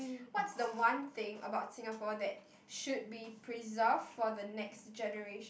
what's the one thing about Singapore that should be preserved for the next generation